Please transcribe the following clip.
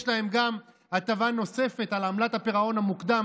יש להם גם הטבה נוספת על עמלת הפירעון המוקדם,